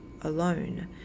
alone